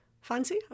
Fancy